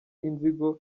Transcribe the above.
inzigo